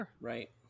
Right